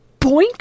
boink